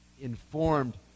informed